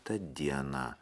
tą dieną